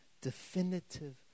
Definitive